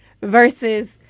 versus